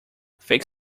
fake